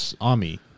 army